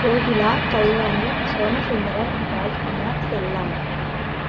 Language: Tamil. கோகிலா கல்யாணி சோமசுந்தரம் ராஜ்குமார் செல்லம்